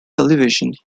television